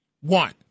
One